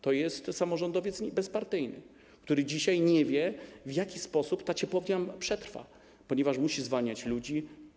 To jest samorządowiec bezpartyjny, który dzisiaj nie wie, w jaki sposób ta ciepłownia przetrwa, bo musi zwalniać ludzi.